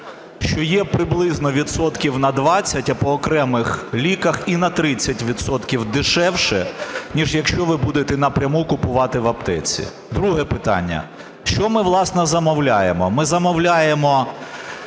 що є приблизно відсотків на 20, а по окремих ліках і на 30 відсотків дешевше, ніж якщо ви будете напряму купувати в аптеці. Друге питання. Що ми, власне, замовляємо? Ми замовляємо